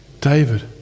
David